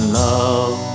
love